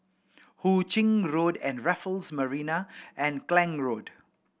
Hu Ching Road Raffles Marina and Klang Road